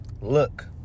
Look